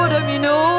Domino